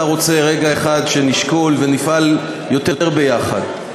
אתה רוצה רגע אחד שנשקול ונפעל יותר ביחד.